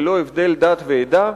ללא הבדל דת ועדה,